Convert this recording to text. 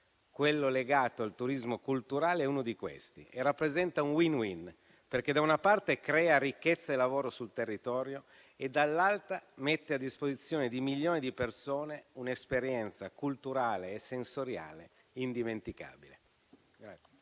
Quello legato al turismo culturale è uno di questi e rappresenta un *win-win*, perché da una parte crea ricchezza e lavoro sul territorio e dall'altra mette a disposizione di milioni di persone un'esperienza culturale e sensoriale indimenticabile.